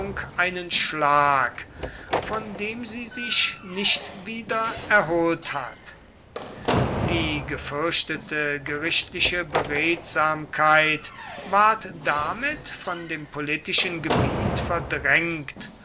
einen schlag von dem sie sich nicht wieder erholt hat die gefürchtete gerichtliche beredsamkeit ward damit von dem politischen gebiet verdrängt